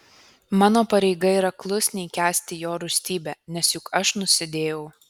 mano pareiga yra klusniai kęsti jo rūstybę nes juk aš nusidėjau